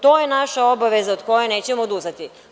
To je naša obaveza od koje nećemo odustati.